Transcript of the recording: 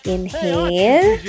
Inhale